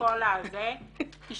כביכול